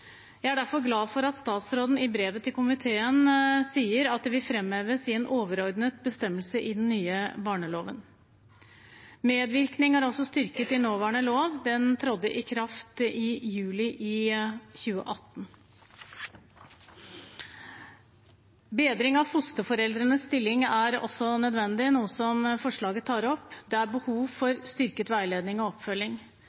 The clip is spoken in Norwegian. Jeg er derfor glad for at statsråden i brevet til komiteen sier at det vil framheves i en overordnet bestemmelse i den nye barneloven. Medvirkning er også styrket i nåværende lov. Den trådte i kraft i juli i 2018. Bedring av fosterforeldrenes stilling er også nødvendig, noe som forslaget tar opp. Det er behov